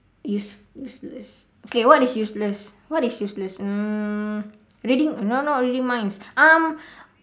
is useless okay what is useless what is useless mm reading no not reading minds um